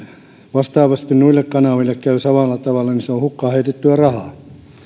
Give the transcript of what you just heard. vastaavasti noille kanaville käy samalla tavalla niin se on hukkaan heitettyä rahaa